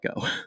go